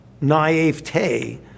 naivete